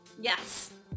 yes